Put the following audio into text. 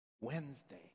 wednesday